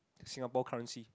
Singapore currency